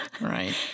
Right